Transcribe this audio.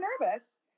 nervous